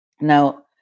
Now